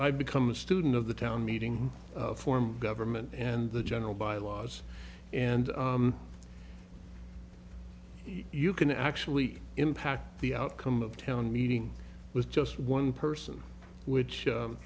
i become a student of the town meeting form government and the general bylaws and you can actually impact the outcome of town meeting with just one person which